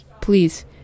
Please